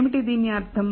ఏమిటి దీని అర్థం